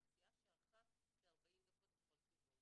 נסיעה שארכה כ-40 דקות לכל כיוון.